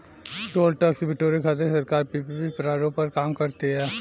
toll tax बिटोरे खातिर सरकार पीपीपी प्रारूप पर काम कर तीय